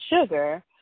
sugar